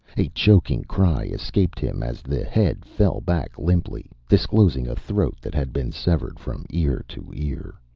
a choking cry escaped him as the head fell back limply, disclosing a throat that had been severed from ear to ear.